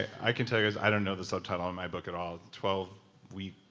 i can tell you is i don't know the subtitle on my book at all. twelve wee.